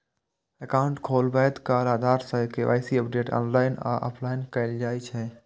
account खोलबैत काल आधार सं के.वाई.सी अपडेट ऑनलाइन आ ऑफलाइन कैल जा सकै छै